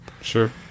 Sure